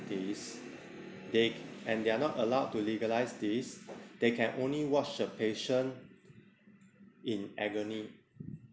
they and they're not allowed to legalize this they can only watch the patient in agony